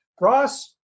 Ross